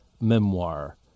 memoir